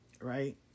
right